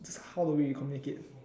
is how we communicate